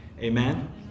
amen